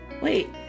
Wait